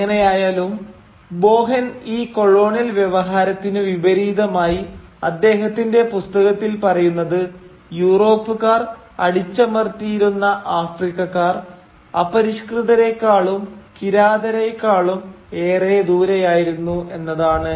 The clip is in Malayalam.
എങ്ങനെയായാലും ബോഹാൻ ഈ കൊളോണിയൽ വ്യവഹാരത്തിനു വിപരീതമായി അദ്ദേഹത്തിന്റെ പുസ്തകത്തിൽ പറയുന്നത് യൂറോപ്പുക്കാർ അടിച്ചമർത്തിയിരുന്ന ആഫ്രിക്കക്കാർ അപരിഷകൃതരേക്കാളും കിരാതരേക്കാളും ഏറെ ദൂരെയായിരുന്നു എന്നതാണ്